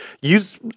Use